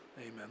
Amen